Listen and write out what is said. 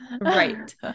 Right